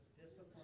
Discipline